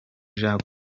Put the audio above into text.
jean